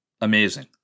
Amazing